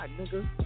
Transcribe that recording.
nigga